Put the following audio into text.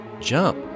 jump